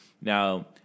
Now